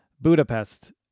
budapest